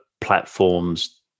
platforms